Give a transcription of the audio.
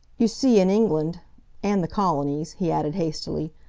you see, in england and the colonies, he added hastily,